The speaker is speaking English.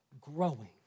growing